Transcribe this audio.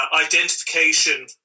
identification